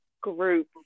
group